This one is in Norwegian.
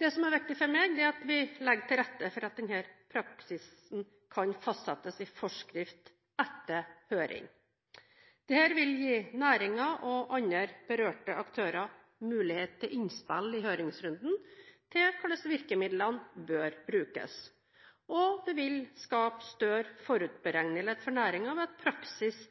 Det som er viktig for meg, er at vi legger til rette for at denne praksisen kan fastsettes i forskrift etter høring. Dette vil gi næringen og andre berørte aktører mulighet til innspill i høringsrunden til hvordan virkemidlene bør brukes. Og det vil skape større forutberegnelighet for næringen ved at praksis